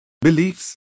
beliefs